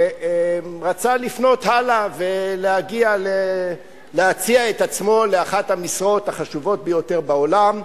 ורצה לפנות הלאה ולהציע את עצמו לאחת המשרות החשובות ביותר בעולם.